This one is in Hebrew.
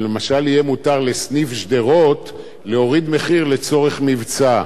שלמשל יהיה מותר לסניף שדרות להוריד מחיר לצורך מבצע.